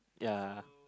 ya